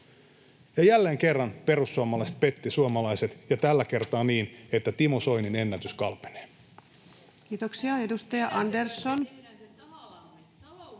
ja jälleen kerran perussuomalaiset pettivät suomalaiset, ja tällä kertaa niin, että Timo Soinin ennätys kalpenee. [Ritva Elomaa: